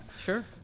Sure